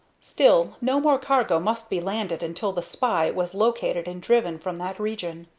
still, no more cargo must be landed until the spy was located and driven from that region.